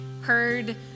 heard